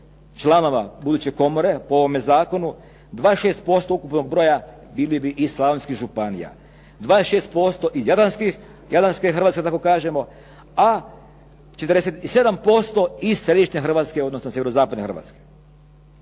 članova buduće komore po ovome zakonu 26% ukupnog broja bili bi iz Slavonskih županija, 26% iz Jadranske Hrvatske da tako kažemo, a 47% iz Središnje Hrvatske, odnosno Sjeverozapadne Hrvatske.